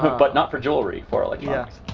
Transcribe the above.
but not for jewelry for like yeah